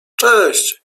cześć